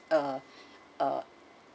uh uh